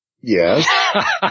Yes